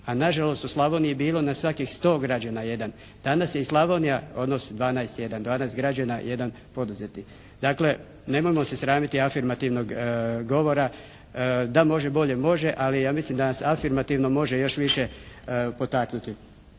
a nažalost u Slavoniji je bilo na svakih 100 građana jedan. Danas je i Slavonija odnosno 12 jedan, 12 građana jedan poduzetnik. Dakle nemojmo se sramit afirmativnog govora. Da može bolje može, ali ja mislim da nas afirmativno može još više potaknuti.